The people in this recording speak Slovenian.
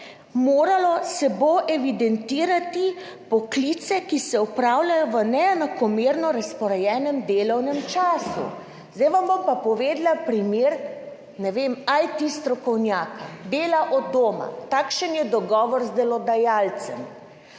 moralo se bo evidentirati poklice, ki se opravljajo v neenakomerno razporejenem delovnem času. Zdaj vam bom pa povedala primer, ne vem, IT strokovnjaki; dela od doma, takšen je dogovor z delodajalcem,